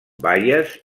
baies